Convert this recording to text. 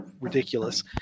ridiculous